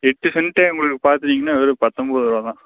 எட்டு செண்டே உங்களுக்கு பாத்துட்டீங்கனா வெறும் பத்தொன்பது ருபாதான்